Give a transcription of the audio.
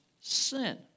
sin